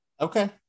Okay